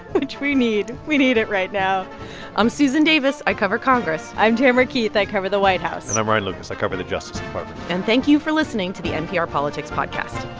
which we need. we need it right now i'm susan davis. i cover congress i'm tamara keith. i cover the white house and i'm ryan lucas. i cover the justice department and thank you for listening to the npr politics podcast